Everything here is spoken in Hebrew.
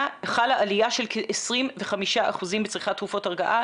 חלה עליה של כ-25% בצריכת תרופות הרגעה,